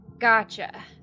Gotcha